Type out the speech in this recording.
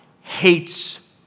hates